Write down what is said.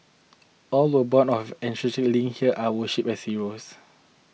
all were born or have ancestral links here are worshipped as heroes